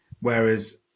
Whereas